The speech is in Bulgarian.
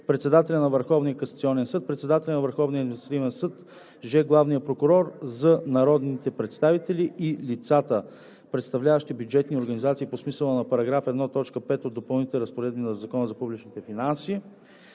председателя на Върховния касационен съд; е) председателя на Върховния административен съд; ж) главния прокурор; з) народните представители; и) лицата, представляващи бюджетни организации по смисъла на § 1, т. 5 от Допълнителните разпоредби на Закона за публичните финанси;